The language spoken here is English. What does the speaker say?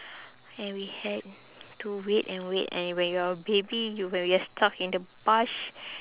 and we had to wait and wait and when you're a baby you when we're stuck in the bus